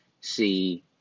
see